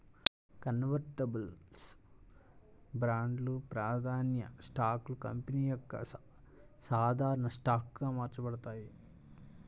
convertibles బాండ్లు, ప్రాధాన్య స్టాక్లు కంపెనీ యొక్క సాధారణ స్టాక్గా మార్చబడతాయి